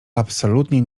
absolutnie